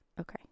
okay